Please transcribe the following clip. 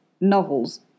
novels